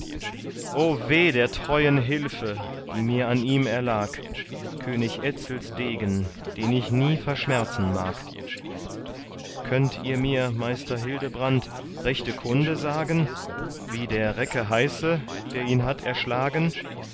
weh der treuen hilfe die mir an ihm erlag könig etzels degen den ich nie verschmerzen mag könnt ihr mir meister hildebrand rechte kunde sagen wie der recke heiße der ihn hat erschlagen